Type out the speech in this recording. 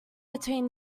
between